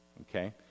Okay